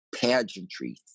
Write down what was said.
pageantry